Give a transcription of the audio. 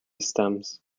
stems